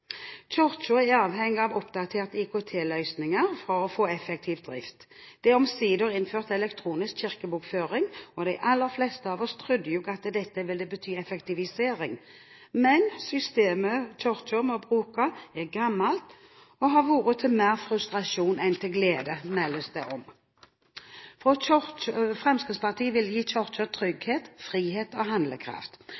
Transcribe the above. Kirken er avhengig av oppdaterte IKT-løsninger for å få effektiv drift. Det er omsider innført elektronisk kirkebokføring, og de aller fleste av oss trodde at dette ville bety en effektivisering. Men systemet Kirken må bruke, er gammelt og har vært til mer frustrasjon enn glede, meldes det om. Fremskrittspartiet vil gi